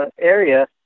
area